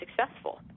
successful